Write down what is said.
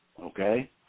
okay